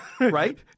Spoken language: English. right